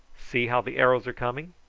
see how the arrows are coming.